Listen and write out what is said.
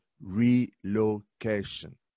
relocation